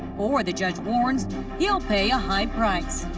or, the judge warns, he'll pay a high price.